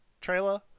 trailer